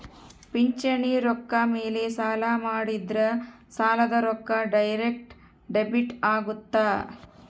ಪಿಂಚಣಿ ರೊಕ್ಕ ಮೇಲೆ ಸಾಲ ಮಾಡಿದ್ರಾ ಸಾಲದ ರೊಕ್ಕ ಡೈರೆಕ್ಟ್ ಡೆಬಿಟ್ ಅಗುತ್ತ